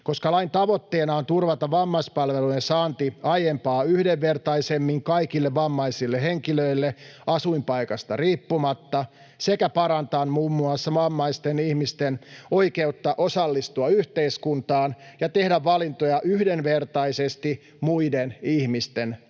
koska lain tavoitteena on turvata vammaispalveluiden saanti aiempaa yhdenvertaisemmin kaikille vammaisille henkilöille asuinpaikasta riippumatta sekä parantaa muun muassa vammaisten ihmisten oikeutta osallistua yhteiskuntaan ja tehdä valintoja yhdenvertaisesti muiden ihmisten kanssa.”